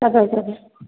اَدٕ حظ اَدٕ حظ